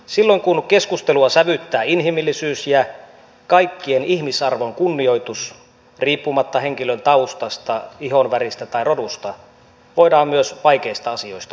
silloin kun keskustelua sävyttää inhimillisyys ja kaikkien ihmisarvon kunnioitus riippumatta henkilön taustasta ihonväristä tai rodusta voidaan myös vaikeista asioista puhua